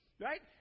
right